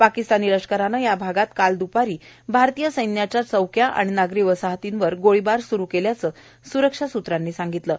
पाकिस्तानी लष्करानं या भागात काल दुपारी भारतीय सैन्याच्या चौक्या आणि नागरी वसाहतीवर गोळीबार केल्याचं स्रक्षा सूत्रांनी सांगितलं आहे